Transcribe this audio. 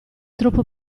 troppo